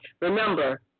remember